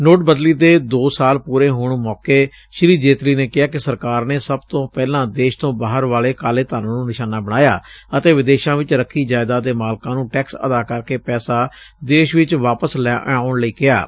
ਨੋਟਬੰਦੀ ਦੇ ਦੋ ਸਾਲ ਪੂਰੇ ਹੋਣ ਮੌਕੇ ਸ੍ਰੀ ਜੇਤਲੀ ਨੇ ਕਿਹਾ ਕਿ ਸਰਕਾਰ ਨੇ ਸਭ ਤੋਂ ਪਹਿਲਾਂ ਦੇਸ਼ ਤੋਂ ਬਾਹਰ ਵਾਲੇ ਕਾਲੇ ਧਨ ਨੂੰ ਨਿਸ਼ਾਨਾਂ ਬਣਾਇਆ ਅਤੇ ਵਿਦੇਸ਼ਾਂ ਵਿਚ ਰਖੀ ਜਾਇਦਾਦ ਦੇ ਮਾਲਕਾਂ ਨੂੰ ਟੈਕਸ ਅਦਾ ਕਰਕੇ ਪੈਸਾ ਦੇਸ਼ ਵਿਚ ਵਾਪਸ ਲੈ ਆਉਣ ਲਈ ਕਿਹਾ ਗਿਆ